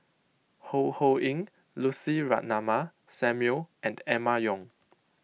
Ho Ho Ying Lucy Ratnammah Samuel and Emma Yong